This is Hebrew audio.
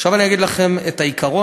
אני אגיד לכם את העיקרון,